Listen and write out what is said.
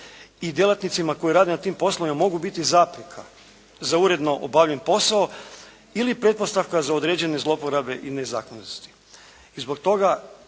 i djelatnicima koji rade na tim poslovima mogu biti zapreka za uredno obavljen posao ili pretpostavka za određene zloporabe i nezakonitosti.